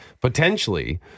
potentially